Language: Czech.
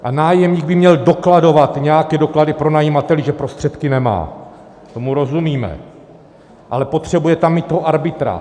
A nájemník by měl dokladovat nějaké doklady pronajímateli, že prostředky nemá, tomu rozumíme, ale potřebuje tam mít toho arbitra.